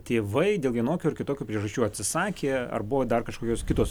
tėvai dėl vienokių ar kitokių priežasčių atsisakė ar buvo dar kažkokios kitos